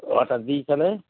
order দিই তাহলে